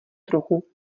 trochu